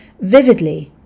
vividly